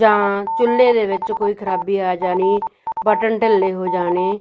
ਜਾਂ ਚੁੱਲ੍ਹੇ ਦੇ ਵਿੱਚ ਕੋਈ ਖਰਾਬੀ ਆ ਜਾਣੀ ਬਟਨ ਢਿੱਲੇ ਹੋ ਜਾਣੇ